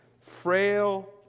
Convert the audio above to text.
frail